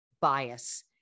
bias